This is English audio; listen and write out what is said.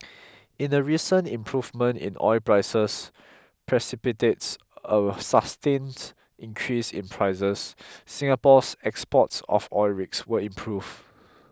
in the recent improvement in oil prices precipitates a sustained increase in prices Singapore's exports of oil rigs will improve